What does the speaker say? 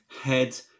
head